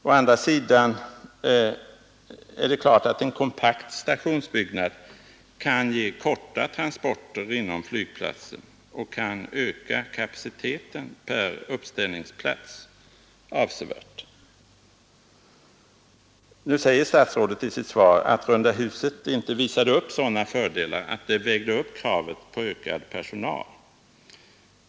Å andra sidan är det alldeles klart att en kompakt stationsbyggnad kan ge korta transporter inom flygplatsen och kan öka kapaciteten per uppställningsplats avsevärt. Nu säger statsrådet i sitt svar att runda huset inte visade sådana fördelar att det uppvägde kravet på ökad personal.